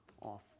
off